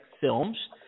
films